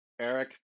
Eric